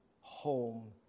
home